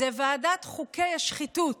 זו ועדת חוקי השחיתות,